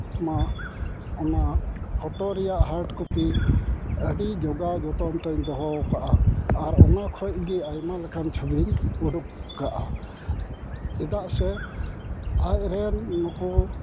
ᱤᱧ ᱱᱚᱣᱟ ᱚᱱᱟ ᱯᱷᱚᱴᱳ ᱨᱮᱭᱟᱜ ᱦᱟᱴ ᱠᱚᱯᱤ ᱟᱹᱰᱤ ᱡᱚᱜᱟᱣ ᱡᱚᱛᱚᱱ ᱛᱤᱧ ᱫᱚᱦᱚᱣᱟᱠᱟᱜᱼᱟ ᱟᱨ ᱚᱱᱟ ᱠᱷᱚᱱ ᱜᱮ ᱟᱭᱢᱟ ᱞᱮᱠᱟᱱ ᱪᱷᱚᱵᱤᱧ ᱩᱰᱩᱠ ᱠᱟᱜᱼᱟ ᱪᱮᱫᱟᱜ ᱥᱮ ᱟᱡᱨᱮᱱ ᱱᱩᱠᱩ